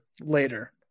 Later